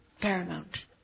Paramount